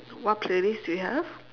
what playlist do you have